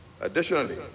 Additionally